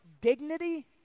dignity